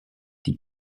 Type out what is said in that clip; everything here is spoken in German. die